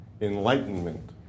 Enlightenment